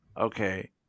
Okay